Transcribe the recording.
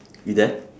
you there